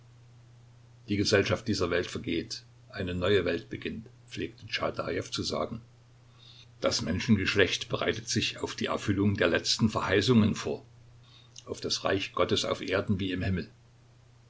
die gesellschaft dieser welt vergeht eine neue welt beginnt pflegte tschaadajew zu sagen das menschengeschlecht bereitet sich auf die erfüllung der letzten verheißungen vor auf das reich gottes auf erden wie im himmel